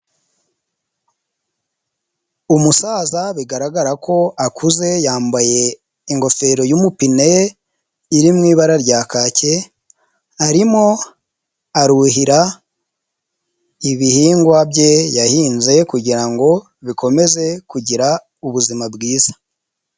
Umusaza bigaragara ko akuze yambaye ingofero y'umupine, iri mu ibara rya kake. Arimo aruhira ibihingwa bye yahinze kugira ngo bikomeze kugira ubuzima bwiza.